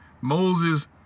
Moses